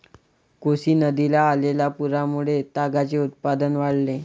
कोसी नदीला आलेल्या पुरामुळे तागाचे उत्पादन वाढले